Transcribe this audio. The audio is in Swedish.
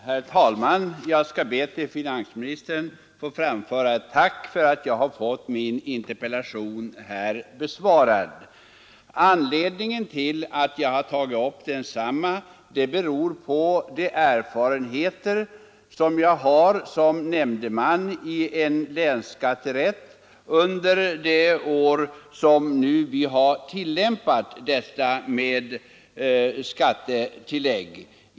Herr talman! Jag ber att till finansministern få framföra ett tack för att min interpellation blivit besvarad. Bakgrunden till den är de erfarenheter jag har gjort som nämndeman i en länsskatterätt under de år vi har tillämpat reglerna om skattetillägg.